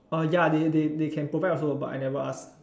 uh ya they they they can provide also but I never ask